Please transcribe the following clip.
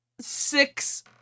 six